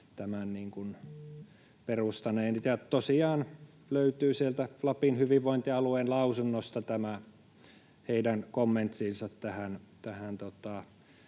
tämän perustaneet. Tosiaan, sieltä Lapin hyvinvointialueen lausunnosta löytyy tämä heidän kommenttinsa tähän